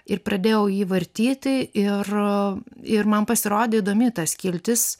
ir pradėjau jį vartyti ir ir man pasirodė įdomi ta skiltis